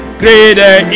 greater